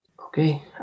Okay